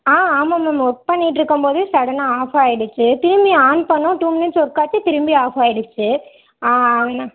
ஆ ஆமாம் ma'am work பண்ணிட்டிருக்கம்போது சடனாக ஆஃப் ஆயிடுச்சி திரும்பி ஆன் பண்ணிணோம் டூ மினிட்ஸ் ஒர்க் ஆச்சு திரும்ப ஆஃப் ஆயிடுச்சு